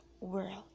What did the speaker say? world